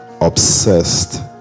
obsessed